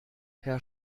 herr